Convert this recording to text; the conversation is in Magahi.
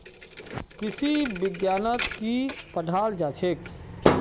कृषि विज्ञानत की पढ़ाल जाछेक